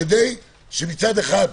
כדי שמצד אחד,